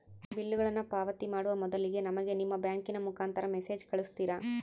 ಬಿಲ್ಲುಗಳನ್ನ ಪಾವತಿ ಮಾಡುವ ಮೊದಲಿಗೆ ನಮಗೆ ನಿಮ್ಮ ಬ್ಯಾಂಕಿನ ಮುಖಾಂತರ ಮೆಸೇಜ್ ಕಳಿಸ್ತಿರಾ?